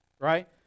Right